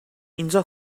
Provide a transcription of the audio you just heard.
اینجا